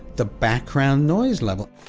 the background noise level!